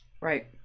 right